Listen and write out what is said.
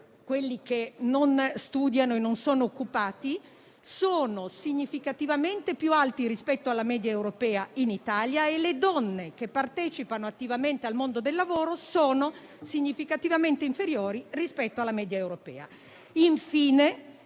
quelli che non studiano e non sono occupati, è significativamente più alto rispetto alla media europea; allo stesso modo, il numero di donne che partecipano attivamente al mondo del lavoro è significativamente inferiore rispetto alla media europea.